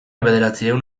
bederatziehun